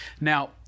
Now